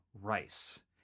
rice